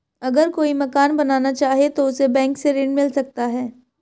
अगर कोई मकान बनाना चाहे तो उसे बैंक से ऋण मिल सकता है?